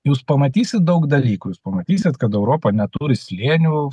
jūs pamatysit daug dalykų jūs pamatysit kad europa neturi slėnių